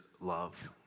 love